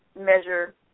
measure